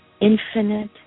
Infinite